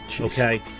Okay